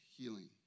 healing